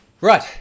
Right